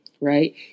right